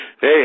Hey